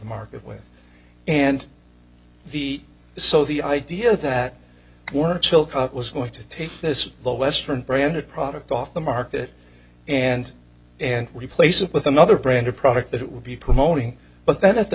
market with and the so the idea that we're chilcote was going to take this low western branded product off the market and and replace it with another branded product that it would be promoting but then at the